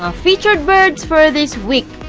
um featured birds for this week,